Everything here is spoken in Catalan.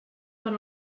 quan